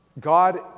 God